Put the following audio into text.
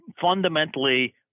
fundamentally